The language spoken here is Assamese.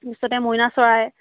তাৰ পিছতে মইনা চৰাই